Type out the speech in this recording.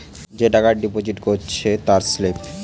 যে টাকা ডিপোজিট করেছে তার স্লিপ